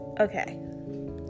Okay